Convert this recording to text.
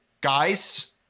guys